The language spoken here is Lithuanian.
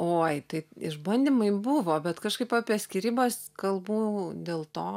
oi tai išbandymai buvo bet kažkaip apie skyrybas kalbų dėl to